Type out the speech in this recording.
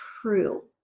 true